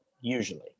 usually